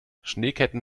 schneeketten